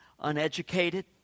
uneducated